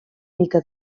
mica